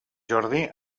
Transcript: jordi